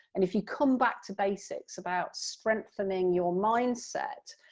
and if you come back to basics about strengthening your mindset,